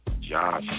Josh